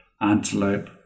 antelope